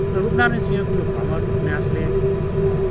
र रूपनारायण सिंहको यो भ्रमर उपन्यासले